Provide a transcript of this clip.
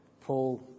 Paul